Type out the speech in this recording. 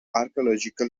archaeological